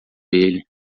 ele